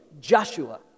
Joshua